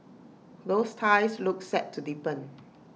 those ties look set to deepen